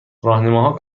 راهنماها